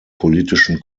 politischen